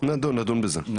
נדון בזה,